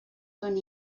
són